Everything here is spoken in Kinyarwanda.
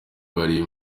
bari